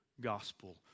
gospel